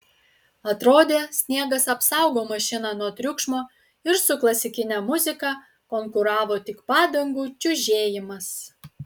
atrodė sniegas apsaugo mašiną nuo triukšmo ir su klasikine muzika konkuravo tik padangų čiužėjimas